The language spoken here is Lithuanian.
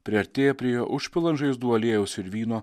priartėja prie jo užpila ant žaizdų aliejaus ir vyno